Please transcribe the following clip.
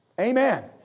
Amen